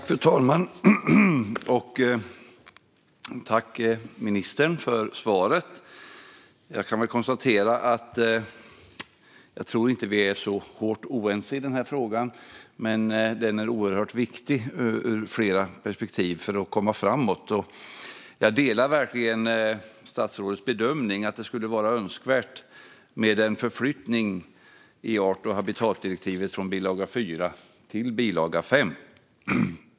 Fru talman! Tack, ministern, för svaret! Jag kan konstatera att jag inte tror att vi är så väldigt oense i frågan. Men den är oerhört viktig ur flera perspektiv för att vi ska kunna komma framåt, och jag delar verkligen statsrådets bedömning att det skulle vara önskvärt med en förflyttning i art och habitatdirektivet från bilaga 4 till bilaga 5.